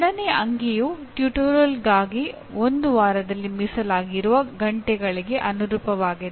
ಎರಡನೇ ಅಂಕಿಯು ಟ್ಯುಟೋರಿಯಲ್ಗಾಗಿ ಒಂದು ವಾರದಲ್ಲಿ ಮೀಸಲಾಗಿರುವ ಗಂಟೆಗಳಿಗೆ ಅನುರೂಪವಾಗಿದೆ